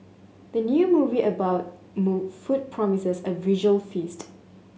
the new movie about food promises a visual feast